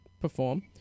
perform